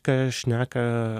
ką šneka